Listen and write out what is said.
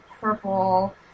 purple